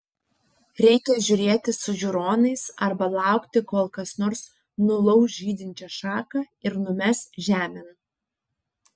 reikia žiūrėti su žiūronais arba laukti kol kas nors nulauš žydinčią šaką ir numes žemėn